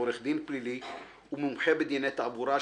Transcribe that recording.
עורך דין פלילי ומומחה בדיני תעבורה,